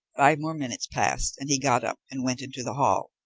five more minutes passed, and he got up and went into the hall.